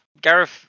Gareth